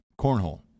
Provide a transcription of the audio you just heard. cornhole